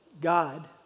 God